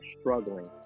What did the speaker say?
struggling